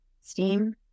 steam